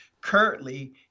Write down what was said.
Currently